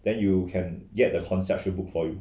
then you can get the contacts book for you